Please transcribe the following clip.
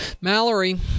Mallory